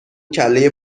کلهی